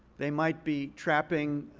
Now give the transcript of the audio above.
they might be trapping